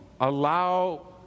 allow